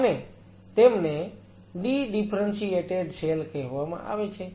અને તેમને dedifferentiated cell કહેવામાં આવે છે